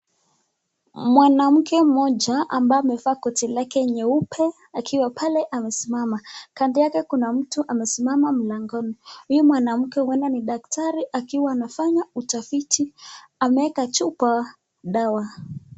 Mwanamke mmoja ambaye amevaa koti lake jeupe akiwa pale amesimama. Kando yake kuna mtu amesimama mlangoni. Huyu mwanamke huenda ni daktari akiwa amefanya utafiti ameweka chupa dawa.